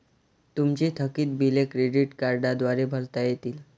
तुमची थकीत बिले क्रेडिट कार्डद्वारे भरता येतील